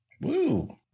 Woo